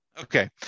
Okay